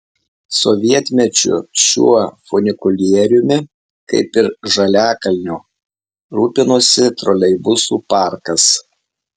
sovietmečiu šiuo funikulieriumi kaip ir žaliakalnio rūpinosi troleibusų parkas